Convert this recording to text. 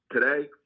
today